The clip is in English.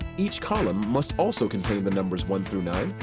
each column must also contain the numbers one through nine,